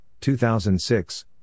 2006